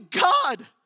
God